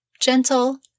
gentle